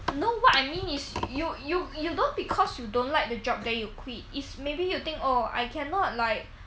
you know what I mean is you you you don't because you don't like the job that you quit is maybe you think oh I cannot like